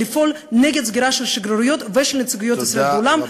לפעול נגד סגירה של שגרירויות ושל נציגויות ישראל בעולם.